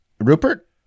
Rupert